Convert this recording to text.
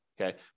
okay